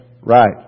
right